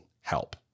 help